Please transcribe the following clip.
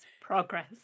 progress